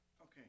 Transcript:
Okay